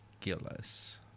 Gillis